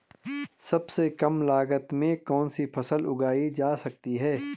सबसे कम लागत में कौन सी फसल उगाई जा सकती है